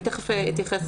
זאת הייתה